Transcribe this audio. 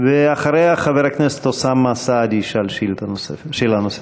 ואחריה חבר הכנסת אוסאמה סעדי ישאל שאלה נוספת.